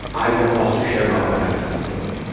i will also share about what i'm feeling.